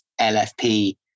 LFP